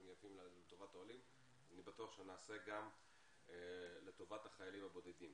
יפים לטובת העולים ואני בטוח שנעשה גם לטובת החיילים הבודדים.